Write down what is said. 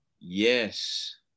Yes